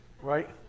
right